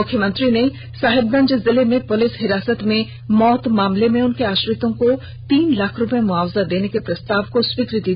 मुख्यमंत्री हेमंत सोरेन ने साहेबगंज जिले में पुलिस हिरासत में मौत मामले में उनके आश्रितों को तीन लाख रूपये मुआवजा देर्न के प्रस्ताव को स्वीकृति दे दी है